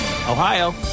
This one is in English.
Ohio